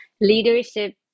leadership